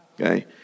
Okay